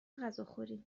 غذاخوری